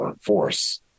Force